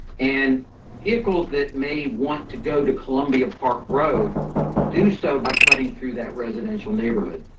and it goes that may want to go to columbia park road do so by cutting through that residential neighborhood.